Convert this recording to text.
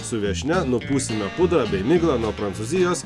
su viešnia nupūsime pudrą bei miglą nuo prancūzijos